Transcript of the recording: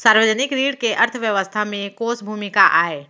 सार्वजनिक ऋण के अर्थव्यवस्था में कोस भूमिका आय?